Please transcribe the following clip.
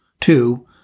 Two